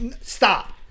Stop